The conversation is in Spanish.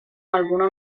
alguna